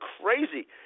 crazy